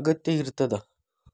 ಅಗತ್ಯ ಇರ್ತದ